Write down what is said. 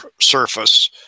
surface